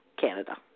Canada